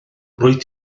rwyt